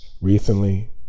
recently